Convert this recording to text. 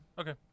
Okay